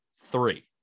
three